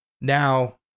now